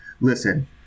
listen